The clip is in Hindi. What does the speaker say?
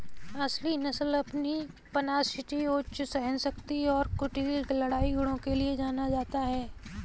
असील नस्ल अपनी पगनासिटी उच्च सहनशक्ति और कुटिल लड़ाई गुणों के लिए जाना जाता है